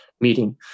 meeting